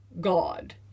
God